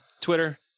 Twitter